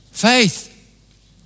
faith